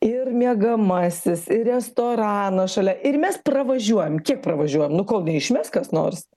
ir miegamasis ir restoranas šalia ir mes pravažiuojam kiek pravažiuojamam nu kol neišmes kas nors